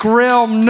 realm